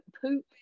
poop